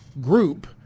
group